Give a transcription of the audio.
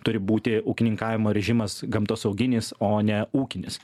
turi būti ūkininkavimo režimas gamtosauginis o ne ūkinis